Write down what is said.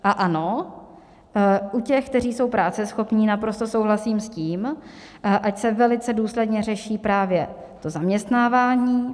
A ano, u těch, kteří jsou práceschopní, naprosto souhlasím s tím, ať se velice důsledně řeší právě to zaměstnávání.